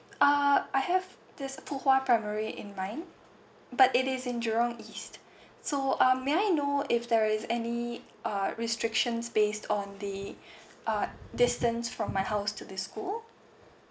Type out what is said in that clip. uh I have this fuhua primary in line but it is in jurong east so um may I know if there is any uh restrictions based on the uh distance from my house to the school